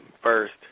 First